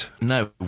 no